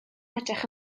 edrych